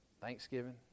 Thanksgiving